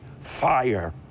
fire